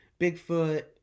Bigfoot